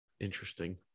interesting